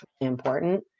important